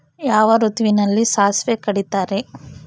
ಯಾವ ಋತುವಿನಲ್ಲಿ ಸಾಸಿವೆ ಕಡಿತಾರೆ?